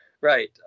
Right